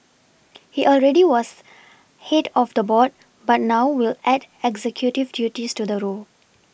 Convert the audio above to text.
he already was head of the board but now will add executive duties to the role